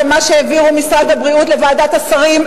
ומה שהעבירו ממשרד הבריאות לוועדת השרים,